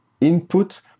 input